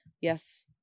yes